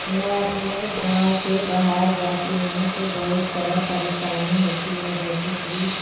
میں اپنے گاؤں سے باہر جاتی ہوں تو بہت سارا پریشانی ہوتی ہے جیسے کہ